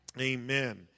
Amen